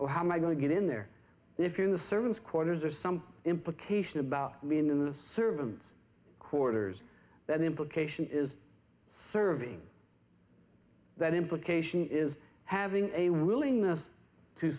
or how my going to get in there if you're in the servants quarters or some implication about me in the servants quarters that implication is serving that implication is having a willingness to